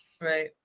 Right